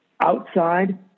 outside